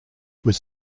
was